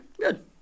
good